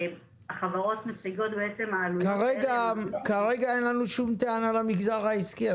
החברות מציגות את העלויות --- כרגע אין לנו שום טענה על המגזר העסקי.